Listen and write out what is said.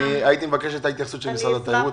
הייתי מבקש את ההתייחסות של משרד התיירות.